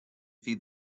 feed